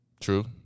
True